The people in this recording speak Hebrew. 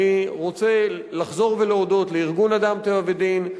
אני רוצה לחזור ולהודות לארגון "אדם טבע ודין",